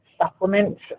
supplements